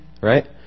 Right